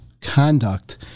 conduct